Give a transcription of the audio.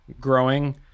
growing